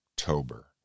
October